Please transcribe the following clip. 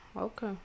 Okay